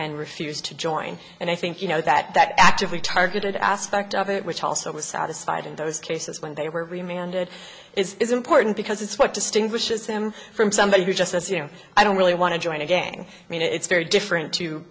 and refused to join and i think you know that that actively targeted aspect of it which also was satisfied in those cases when they were remain and it is important because it's what distinguishes them from somebody who just as you know i don't really want to join a gang i mean it's very different to